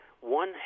one